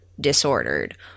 disordered